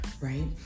right